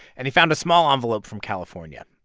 and he found a small envelope from california.